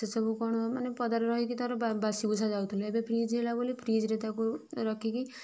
ସେ ସବୁ କଣ ମାନେ ପଦାରେ ରହିକି ତା'ର ବାସିବୁସା ଯାଉଥିଲା ଏବେ ଫ୍ରିଜ୍ ହେଲା ବୋଲି ଫ୍ରିଜ୍ରେ ତାକୁ ରଖିକି